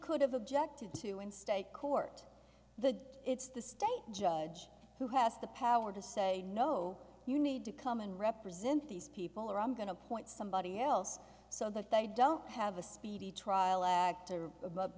could have objected to in state court the it's the state judge who has the power to say no you need to come and represent these people or i'm going to appoint somebody else so that they don't have a speedy trial act or a